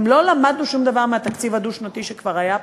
גם לא למדנו שום דבר מהתקציב הדו-שנתי שכבר היה פה?